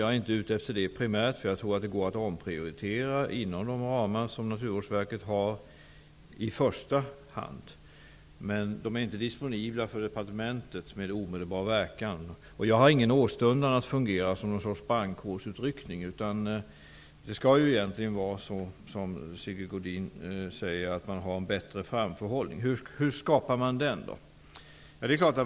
Jag är inte primärt ute efter det, eftersom jag tror att det i första hand går att omprioritera inom de ramar som Naturvårdsverket har. Men dessa pengar är inte disponibla för departementet med omedelbar verkan. Jag har inte heller någon åstundan att fungera som ett slags brandkårsutryckning. Det skall egentligen vara på det sätt som Sigge Godin säger, nämligen att man har bättre framförhållning. Hur skapas då en sådan?